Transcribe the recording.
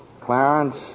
Clarence